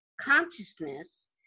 consciousness